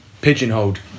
pigeonholed